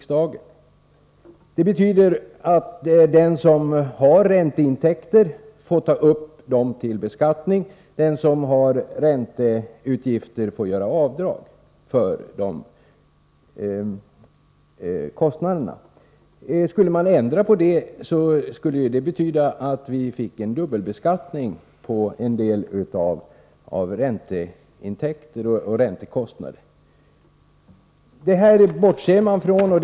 Denna princip innebär att den som har ränteintäkter får ta upp dem till beskattning och att den som har ränteutgifter får göra avdrag för dessa kostnader. Om man ändrade på denna princip, skulle det innebära en dubbelbeskattning på en del ränteintäkter och räntekostnader. Detta bortser Hyresgästernas riksförbund från.